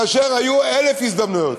כאשר היו אלף הזדמנויות.